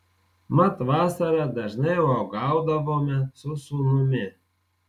mat vasarą dažnai uogaudavome su sūnumi